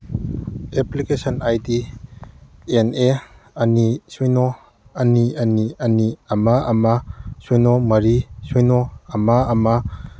application I D N A ꯑꯅꯤ ꯁꯤꯅꯣ ꯑꯅꯤ ꯑꯅꯤ ꯑꯅꯤ ꯑꯃ ꯑꯃ ꯁꯤꯅꯣ ꯃꯔꯤ ꯁꯤꯅꯣ ꯑꯃ ꯑꯃ